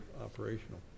Operational